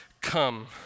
Come